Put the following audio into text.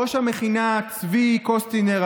ראש המכינה צבי קוסטינר,